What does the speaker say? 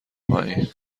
پایین